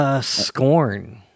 Scorn